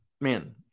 man